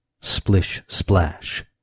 Splish-Splash